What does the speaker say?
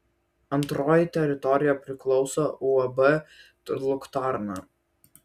antroji teritorija priklauso uab luktarna